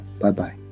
Bye-bye